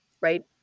right